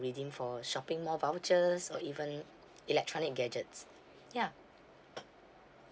redeem for shopping mall vouchers or even electronic gadgets ya